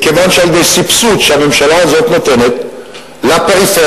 מכיוון שעל-ידי סבסוד שהממשלה הזאת נותנת לפריפריה,